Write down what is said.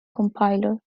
compiler